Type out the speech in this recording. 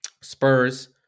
Spurs